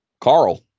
Carl